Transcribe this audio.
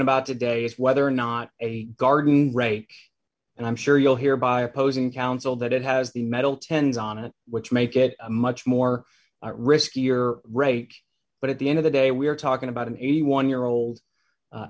about today is whether or not a garden rape and i'm sure you'll hear by opposing counsel that it has the metal tens on it which make it much more riskier right but at the end of the day we're talking about an eighty one year old